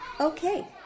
Okay